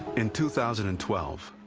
in two thousand and twelve,